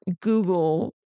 Google